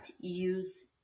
use